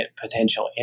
potential